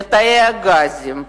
לתאי הגזים,